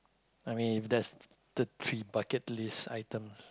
I mean if that's the three bucket list items